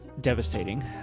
devastating